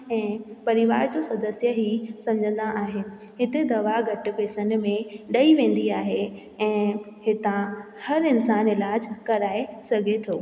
ऐं परिवार जो सदस्य हीउ सम्झंदा आहिनि हिते दवा घटि पैसनि में ॾेई वेंदी आहे ऐं हितां हर इंसान इलाजु कराए सघे थो